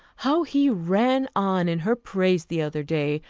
how he ran on in her praise the other day,